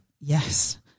yes